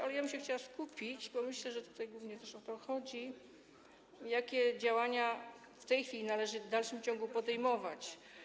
Ale ja bym się chciała skupić - bo myślę, że tutaj głównie o to chodzi - na tym, jakie działania w tej chwili należy w dalszym ciągu podejmować.